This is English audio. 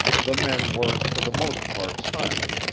the men were for the most part silent,